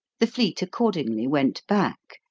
the fleet accordingly went back,